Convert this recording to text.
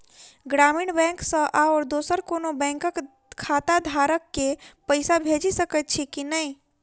ग्रामीण बैंक सँ आओर दोसर कोनो बैंकक खाताधारक केँ पैसा भेजि सकैत छी की नै?